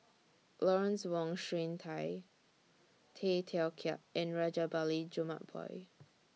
Lawrence Wong Shyun Tsai Tay Teow Kiat and Rajabali Jumabhoy